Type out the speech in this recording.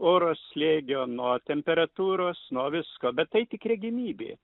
oro slėgio nuo temperatūros nuo visko bet tai tik regimybė